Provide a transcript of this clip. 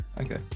Okay